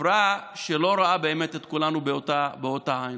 חברה שלא רואה באמת את כולנו באותה עין,